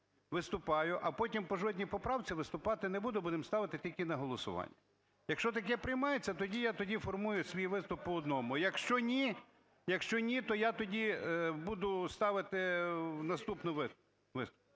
виступаю, а потім по жодній поправці виступати не буду, будемо ставити тільки на голосування. Якщо таке приймається, тоді я, тоді формую свій виступ по одному. Якщо ні – якщо ні, то я тоді буду ставити в наступний виступ.